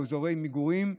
ובאזורי מגורים במיוחד,